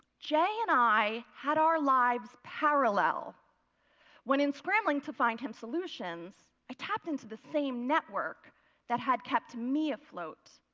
jay and i had our lives parallel when in scrambling to find him solutions, i tapped into the same network that had kept me afloat.